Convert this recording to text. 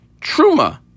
Truma